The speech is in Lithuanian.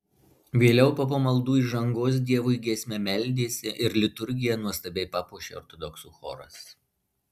vėliau po pamaldų įžangos dievui giesme meldėsi ir liturgiją nuostabiai papuošė ortodoksų choras